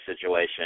situation